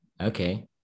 Okay